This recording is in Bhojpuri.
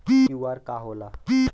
क्यू.आर का होला?